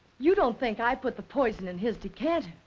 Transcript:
you don't think i put the poison in his decanter.